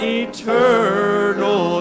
eternal